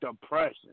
Depression